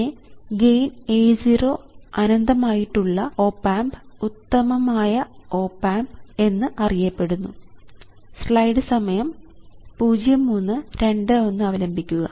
പിന്നെ gain A0 അനന്തമായിട്ടുള്ള op amp ഉത്തമമായ ഓപ് ആമ്പ് എന്ന് അറിയപ്പെടുന്നു